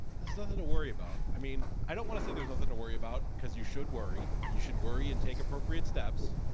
there's nothing to worry about. i mean, i don't wanna say there's nothing to worry about, cause you should worry. you should worry and take appropriate steps.